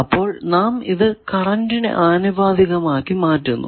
അപ്പോൾ നാം ഇത് കറന്റിന് ആനുപാതികമാക്കി മാറ്റുന്നു